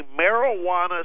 marijuana